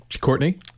Courtney